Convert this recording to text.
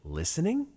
listening